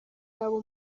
yaba